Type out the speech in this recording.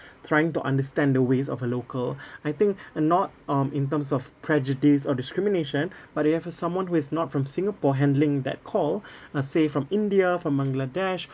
trying to understand the ways of a local I think uh not um in terms of prejudice or discrimination but they have a someone who is not from singapore handling that call uh say from india from bangladesh